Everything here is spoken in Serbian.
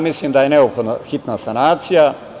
Mislim da je neophodna hitna sanacija.